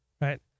right